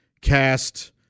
cast